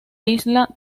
isla